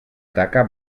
taca